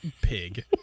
Pig